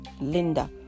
Linda